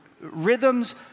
rhythms